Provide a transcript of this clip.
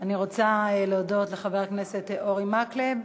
אני רוצה להודות לחבר הכנסת אורי מקלב.